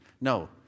No